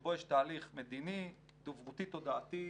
שבו יש תהליך מדיני, דוברותי, תודעתי,